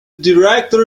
director